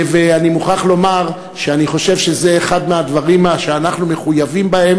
ואני מוכרח לומר שאני חושב שזה אחד מהדברים שאנחנו מחויבים בהם